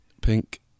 Pink